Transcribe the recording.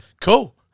Cool